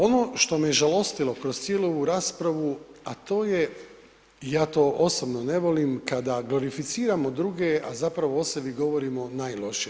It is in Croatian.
Ono što me žalostilo kroz cijelu ovu raspravu a to je, ja to osobno ne volim kada glorificiramo druge a zapravo o sebi govorimo najlošije.